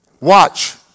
Watch